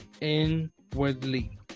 inwardly